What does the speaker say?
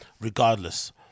Regardless